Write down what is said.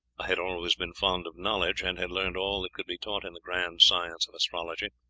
had always been fond of knowledge, and had learned all that could be taught in the grand science of astrology,